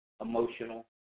emotional